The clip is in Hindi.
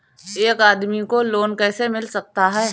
एक आदमी को लोन कैसे मिल सकता है?